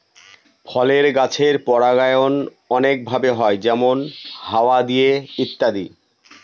ফলের গাছের পরাগায়ন অনেক ভাবে হয় যেমন হাওয়া দিয়ে ইত্যাদি